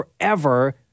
forever